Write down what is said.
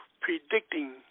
predicting